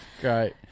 Great